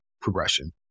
progression